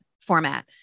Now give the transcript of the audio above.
format